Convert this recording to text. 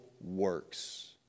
works